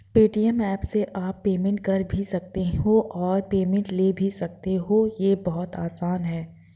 Paytm app से आप payment कर भी सकते हो और पेमेंट ले भी सकते हो, ये बहुत आसान है